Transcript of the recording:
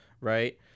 right